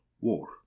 War